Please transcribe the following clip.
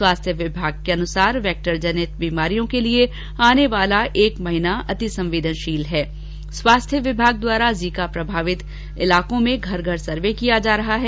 स्वास्थ्य विभाग के अनुसार वैक्टरजनित बीमारियों के लिए आने वाला एक माह अतिसंवेदनशील है स्वास्थ्य विभाग द्वारा जीका प्रभावित इलाकों में घर घर सर्वे किया जा रहा है